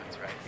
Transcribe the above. right